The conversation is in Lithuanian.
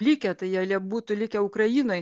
likę tai jie jie būtų likę ukrainoj